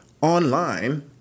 online